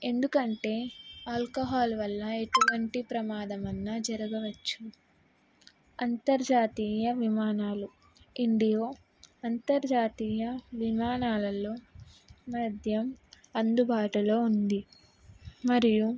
ఎందుకంటే ఆల్కహాల్ వల్ల ఎటువంటి ప్రమాదమన్నా జరగవచ్చు అంతర్జాతీయ విమానాలు ఇండియో అంతర్జాతీయ విమానాలలో మద్యం అందుబాటులో ఉంది మరియు